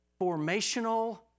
formational